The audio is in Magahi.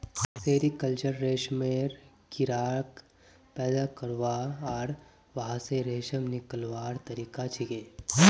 सेरीकल्चर रेशमेर कीड़ाक पैदा करवा आर वहा स रेशम निकलव्वार तरिका छिके